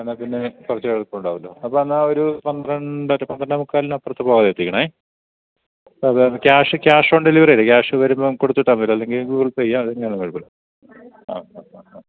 എന്നാ പിന്നേ കുറച്ചും കൂടെ എളുപ്പം ഉണ്ടാകുമല്ലൊ അപ്പം എന്നാൽ ഒരു പന്ത്രണ്ടര പന്ത്രണ്ടേ മുക്കാലിന് അപ്പുറത്ത് പോകാതെ എത്തിക്കണേ സാധാരണ ക്യാഷ് ക്യാഷ് ഓൺ ഡെലിവറി അല്ലേ ക്യാഷ് വരുമ്പം കൊടുത്തു വിട്ടാൽ പോരെ അല്ലെങ്കിൽ ഗൂഗിൾ പേ ചെയ്യാം ആ ആ ആ ആ